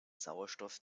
sauerstoff